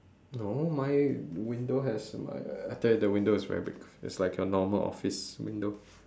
no my window has my I tell you the window is very big it's like a normal office window